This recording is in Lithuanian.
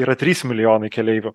yra trys milijonai keleivių